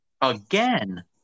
Again